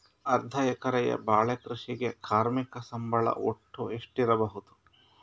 ಅರ್ಧ ಎಕರೆಯ ಬಾಳೆ ಕೃಷಿಗೆ ಕಾರ್ಮಿಕ ಸಂಬಳ ಒಟ್ಟು ಎಷ್ಟಿರಬಹುದು?